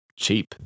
cheap